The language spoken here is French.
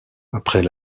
après